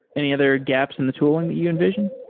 any other gaps in the tooling that you envision?